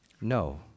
No